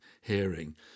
hearing